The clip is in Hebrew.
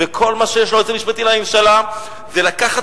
וכל מה שיש ליועץ המשפטי לממשלה זה לקחת